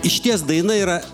išties daina yra